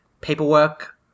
paperwork